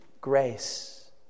grace